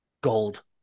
Gold